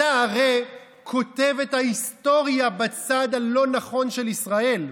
אתה הרי כותב את ההיסטוריה בצד הלא-נכון של ישראל.